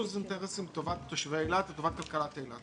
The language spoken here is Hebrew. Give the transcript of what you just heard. איזון אינטרסים לטובת תושבי אילת ולטובת כלכלת אילת